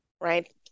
right